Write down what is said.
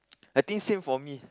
I think same for me